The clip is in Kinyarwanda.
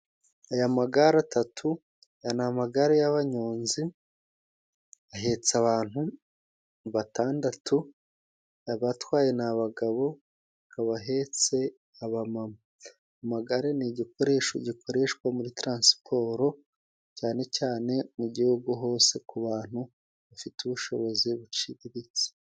Aya magare atatu aya ni amagare y'abanyonzi ahetse abantu batandatu, abatwaye ni abagabo bahetse aba mama. Amagare ni igikoresho gikoreshwa muri taransiporo cyane cyane mu gihugu hose ku bantu bafite ubushobozi buciriritse.